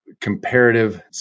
comparative